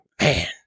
Man